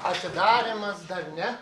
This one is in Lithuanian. atidarymas dar ne